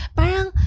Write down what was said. parang